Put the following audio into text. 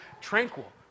tranquil